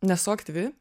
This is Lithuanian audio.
nesu aktyvi